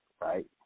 right